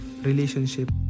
relationship